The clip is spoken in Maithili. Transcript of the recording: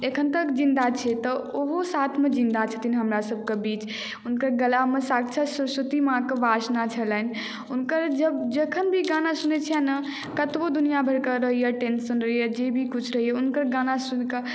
एखन तक जिन्दा छै तऽ ओहो साथमे जिन्दा छथिन हमरासभके बीच हुनकर गलामे साक्षात् सरस्वती माँके वासना छलनि हुनकर जखन भी गाना सुनैत छियै ने कतबो दुनिआँ भरिके रहैए टेन्शन रहैए या जे भी कुछ रहैए हुनकर गाना सुनि कऽ हमरा